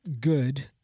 good